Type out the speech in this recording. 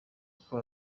uko